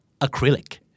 Acrylic